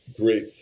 Great